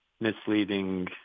misleading